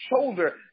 shoulder